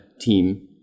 team